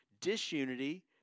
disunity